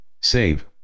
save